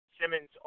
Simmons